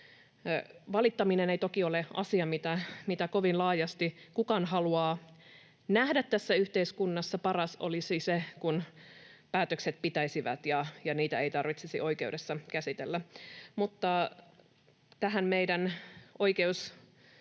Valittaminen ei toki ole asia, mitä kovin laajasti kukaan haluaa nähdä tässä yhteiskunnassa. Paras olisi se, että päätökset pitäisivät ja niitä ei tarvitsisi oikeudessa käsitellä. Mutta tähän meidän oikeusvaltioomme